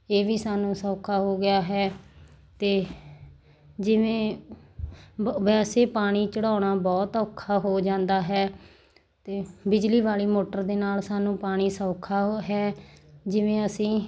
ਇਹ ਵੀ ਸਾਨੂੰ ਸੌਖਾ ਹੋ ਗਿਆ ਹੈ ਅਤੇ ਜਿਵੇਂ ਵੈਸੇ ਪਾਣੀ ਚੜ੍ਹਾਉਣਾ ਬਹੁਤ ਔਖਾ ਹੋ ਜਾਂਦਾ ਹੈ ਅਤੇ ਬਿਜਲੀ ਵਾਲੀ ਮੋਟਰ ਦੇ ਨਾਲ ਸਾਨੂੰ ਪਾਣੀ ਸੌਖਾ ਹੋ ਹੈ ਜਿਵੇਂ ਅਸੀਂ